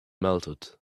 melted